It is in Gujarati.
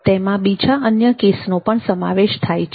તેમાં બીજા અન્ય કેસનો પણ સમાવેશ થાય છે